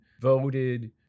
voted